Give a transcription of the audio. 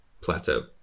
plateau